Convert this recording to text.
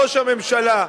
ראש הממשלה,